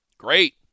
Great